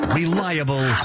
reliable